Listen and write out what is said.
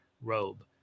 robe